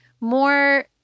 more